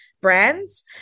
brands